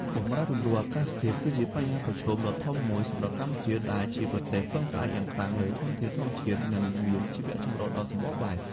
បម្រែបម្រួលអាកាសធាតុគឺជាបញ្ហាប្រឈមដ៏ធំមួយសម្រាប់កម្ពុជា ដែលជាប្រទេសពឹងផ្អែកយ៉ាងខ្លាំងលើធនធានធម្មជាតិ និងមានជីវចម្រុះដ៏សម្បូរបែប។